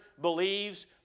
believes